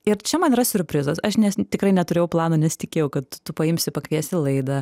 ir čia man yra siurprizas aš nes tikrai neturėjau plano nesitikėjau kad tu paimsi pakviesti laidą